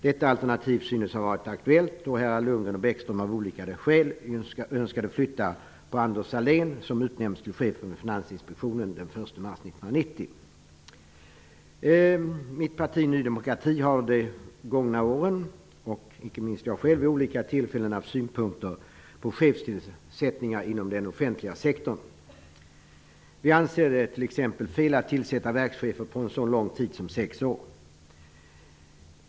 Detta alternativ synes ha varit aktuellt då herrar Lundgren och Bäckström av olika skäl önskade flytta på Anders Sahlén, som utnämndes till chef för Mitt parti, Ny demokrati -- och icke minst jag själv -- har vid olika tillfällen under de gångna åren haft synpunkter på chefstillsättningar inom den offentliga sektorn. Vi anser t.ex. att det är fel att tillsätta verkschefer på så lång tid som sex år.